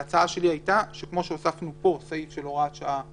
ההצעה שלי הייתה שכמו שהוספנו פה סעיף של הוראת שעה לשנה,